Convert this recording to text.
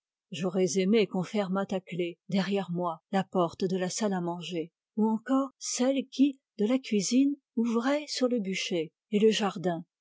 j'aurais aimé qu'on fermât à clef derrière moi la porte de la salle à manger et encore celles qui de la cuisine ouvraient sur le bûcher et le jardin